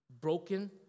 broken